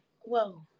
Whoa